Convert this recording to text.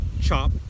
Chop